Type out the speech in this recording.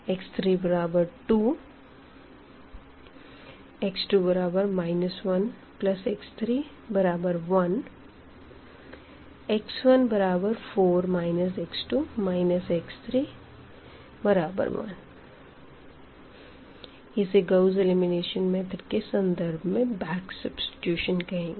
x32 x2 1x31 x14 x2 x31 इसे Gauss elimination method के संदर्भ में बैक सब्स्टिटूशन कहेंगे